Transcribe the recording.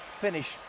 finish